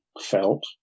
felt